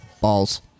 Balls